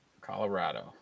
Colorado